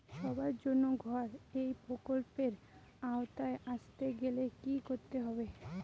সবার জন্য ঘর এই প্রকল্পের আওতায় আসতে গেলে কি করতে হবে?